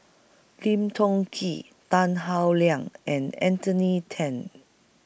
Lim Chong Keat Tan Howe Liang and Anthony ten